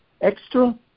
extra